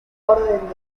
orden